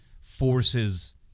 forces